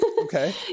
Okay